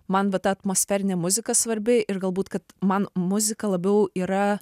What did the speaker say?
man va ta atmosferinė muzika svarbi ir galbūt kad man muzika labiau yra